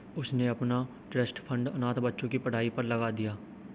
उसने अपना trust fund अनाथ बच्चों की पढ़ाई पर लगा दिया